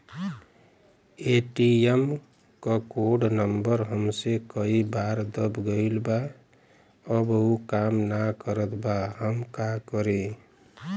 ATM क code number हमसे कई बार दब गईल बा अब उ काम ना करत बा हम का करी?